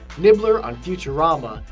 nibbler on futurama,